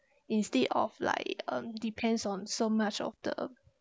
instead of like um depends on so much of the